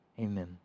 amen